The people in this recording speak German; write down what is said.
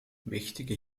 mächtige